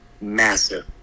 massive